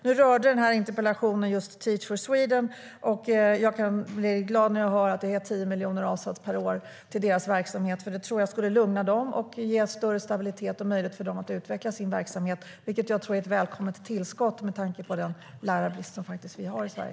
Nu rör interpellationen just Teach for Sweden, och jag blir glad när jag hör att det är 10 miljoner per år avsatt till deras verksamhet. Jag tror att det skulle lugna dem och ge större stabilitet och möjlighet för dem att utveckla sin verksamhet. Jag tror att det är ett välkommet tillskott med tanke på den lärarbrist som vi har i Sverige.